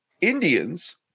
Indians